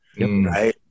right